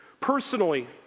Personally